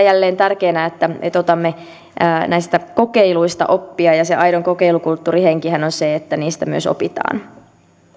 jälleen tärkeänä että että otamme näistä kokeiluista oppia ja sen aidon kokeilukulttuurin henkihän on se että niistä myös opitaan